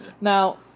now